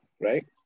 right